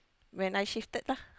when I shifted lah